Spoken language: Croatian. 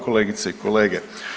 Kolegice i kolege.